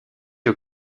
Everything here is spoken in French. aux